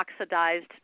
oxidized